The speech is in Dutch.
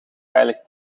veilig